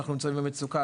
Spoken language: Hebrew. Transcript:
אנחנו נמצאים במצוקה,